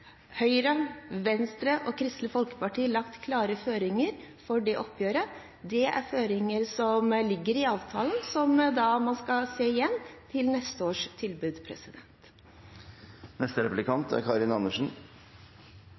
Høyre, Venstre og Kristelig Folkeparti – lagt klare føringer for det oppgjøret. Det er føringer som ligger i avtalen, og som man skal se igjen ved neste års tilbud.